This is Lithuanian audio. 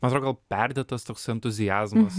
atrodo gal perdėtas toks entuziazmas